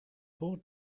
board